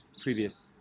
previous